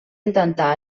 intentar